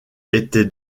étaient